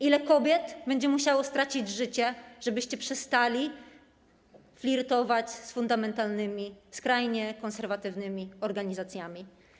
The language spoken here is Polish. Ile kobiet będzie musiało stracić życie, żebyście przestali flirtować z fundamentalnymi, skrajnie konserwatywnymi organizacjami?